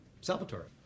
salvatore